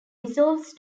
dissolves